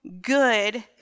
good